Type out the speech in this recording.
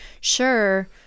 sure